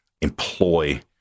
employ